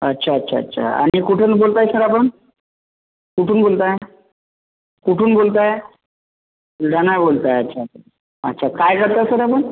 अच्छा अच्छा अच्छा आणि कुठून बोलताय सर आपण कुठून बोलताय कुठून बोलताय बुलढाणा बोलताय अच्छा अच्छा काय करता सर आपण